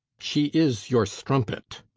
she is your strumpet